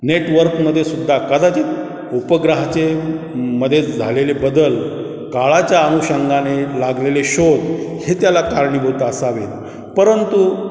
नेटवर्कमध्ये सुद्धा कदाचित उपग्रहाचे मध्ये झालेले बदल काळाच्या अनुषंगाने लागलेले शोध हे त्याला कारणीभूत असावेत परंतु